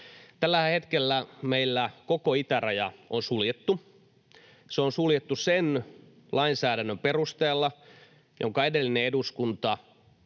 Tällä hetkellähän meillä koko itäraja on suljettu. Se on suljettu sen lainsäädännön perusteella, jonka edellinen eduskunta